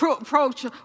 approach